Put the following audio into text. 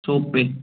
shop पर